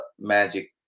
magic